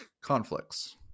conflicts